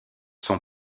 sont